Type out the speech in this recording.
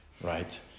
right